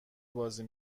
بازی